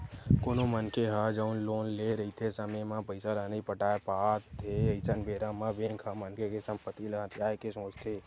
कोनो मनखे ह जउन लोन लेए रहिथे समे म पइसा ल नइ पटा पात हे अइसन बेरा म बेंक ह मनखे के संपत्ति ल हथियाये के सोचथे